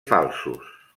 falsos